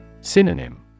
Synonym